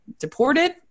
deported